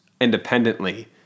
independently